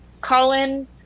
Colin